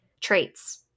traits